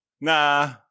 Nah